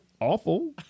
Awful